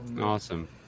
Awesome